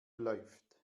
läuft